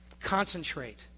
concentrate